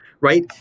Right